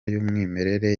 y’umwimerere